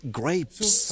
grapes